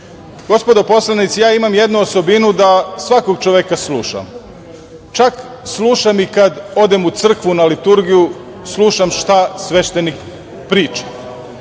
Gospodo poslanici ja imam jednu osobinu da svakog čoveka slušam čak slušam i kad odem u crkvu na Liturgiju slušam šta sveštenik priča.